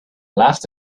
left